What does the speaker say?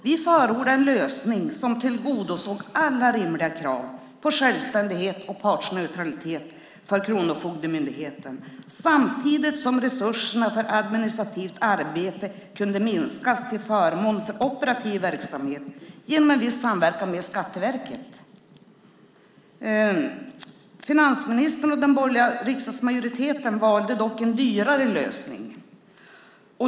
Vi förordade en lösning som tillgodosåg alla rimliga krav på självständighet och partsneutralitet för Kronofogdemyndigheten samtidigt som resurserna för administrativt arbete kunde minskas till förmån för operativ verksamhet genom en viss samverkan med Skatteverket. Finansministern och den borgerliga riksdagsmajoriteten valde dock en dyrare lösning.